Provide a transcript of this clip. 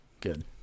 Good